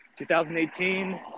2018